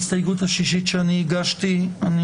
ההסתייגות השישית שאני הגשתי היא